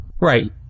right